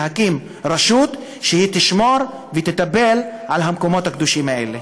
להקים רשות שתשמור ותטפל במקומות הקדושים האלה.